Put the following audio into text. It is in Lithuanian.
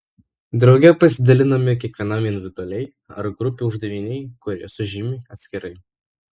drauge pasidalinami kiekvienam individualiai ar grupei uždaviniai kurie sužymimi atskirai